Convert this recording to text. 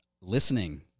Listening